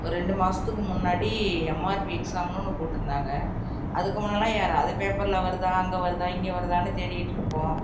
ஒரு ரெண்டு மாதத்துக்கு முன்னாடி எம்ஆர்பி எக்ஸாம்னு ஒன்று போட்டிருந்தாங்க அதுக்கு முன்னெல்லாம் யாராவது பேப்பரில் வருதா அங்கே வருதா இங்கே வருதானு தேடிகிட்டிருப்போம்